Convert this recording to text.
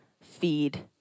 feed